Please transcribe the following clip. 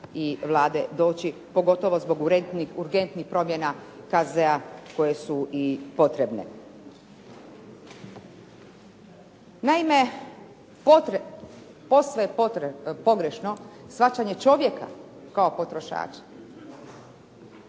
i Vlade doći, pogotovo zbog urgentnih promjena KZ-a koje su i potrebne. Naime, posve je pogrešno shvaćanje čovjeka kao potrošača,